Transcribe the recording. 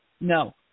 No